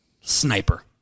sniper